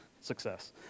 Success